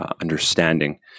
understanding